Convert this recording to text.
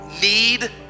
need